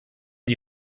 die